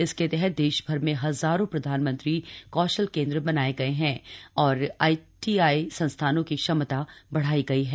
इसके तहत देशभर में हजारों प्रधानमंत्री कौशल केंद्र बनाए गए हैं तथा आईटीआई संस्थानों की क्षमता बढ़ाई गई है